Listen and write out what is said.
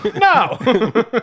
No